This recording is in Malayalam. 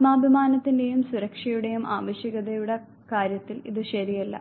ആത്മാഭിമാനത്തിന്റെയും സുരക്ഷയുടെയും ആവശ്യകതയുടെ കാര്യത്തിൽ ഇത് ശരിയല്ല